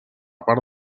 part